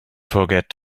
forget